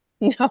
No